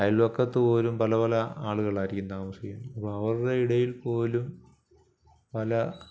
അയൽവക്കത്ത് പോലും പല പല ആളുകളായിരിക്കും താമസിക്കുന്നത് അപ്പോൾ അവരുടെ ഇടയിൽ പോലും പല